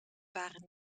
waren